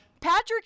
Patrick